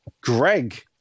Greg